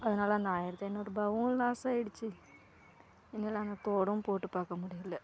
அதனால் அந்த ஆயிரத்தி ஐநூறுபாவும் லாஸ் ஆகிடிச்சி தோடும் போட்டு பார்க்க முடியல